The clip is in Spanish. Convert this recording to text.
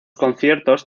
conciertos